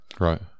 right